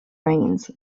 rains